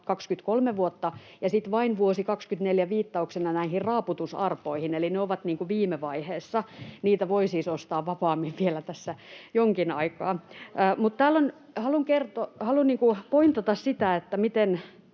23 vuotta, ja sitten vuosi 24 vain viittauksena näihin raaputusarpoihin — eli ne ovat viime vaiheessa. Niitä voi siis ostaa vapaammin vielä tässä jonkin aikaa. Mutta haluan pointata sitä, miten